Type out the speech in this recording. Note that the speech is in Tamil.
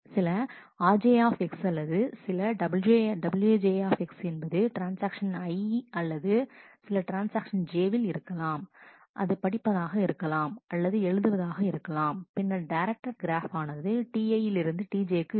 சில rj அல்லது சில wj என்பது ட்ரான்ஸ்ஆக்ஷன் I அல்லது சில ட்ரான்ஸ்ஆக்ஷன் J வில் இருக்கலாம் அது படிப்பதாக இருக்கலாம் அல்லது எழுதுவதாக இருக்கலாம் பின்னர் டைரக்டட் கிராஃப் ஆனது Ti லிருந்து Tj க்கு இருக்கும்